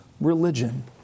religion